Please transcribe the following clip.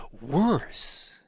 Worse